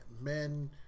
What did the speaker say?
men